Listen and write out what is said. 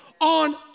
on